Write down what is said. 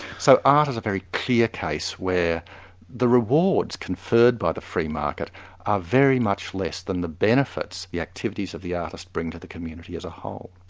so art is a very clear case where the rewards conferred by the free market are very much less than the benefits that the activities of the artists bring to the community as a whole.